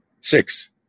Six